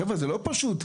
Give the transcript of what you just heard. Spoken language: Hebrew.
חבר'ה, זה לא פשוט.